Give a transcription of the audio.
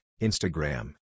Instagram